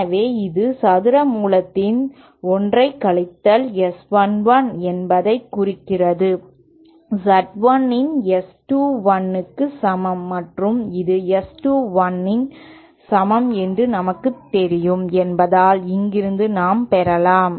எனவே இது சதுர மூலத்தில் 1 கழித்தல் S 1 1 என்பதைக் குறிக்கிறது Z 1 இன் S 2 1 க்கு சமம் மற்றும் இது S 2 1 க்கு சமம் என்று நமக்குத் தெரியும் என்பதால் இங்கிருந்து நாம் பெறலாம்